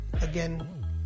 again